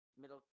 middle